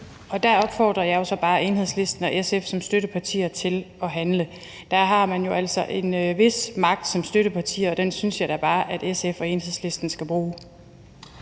Der opfordrer jeg jo så bare Enhedslisten og SF som støttepartier til at handle. Der har man jo altså som støttepartier en vis magt, og den synes jeg da bare SF og Enhedslisten skal bruge.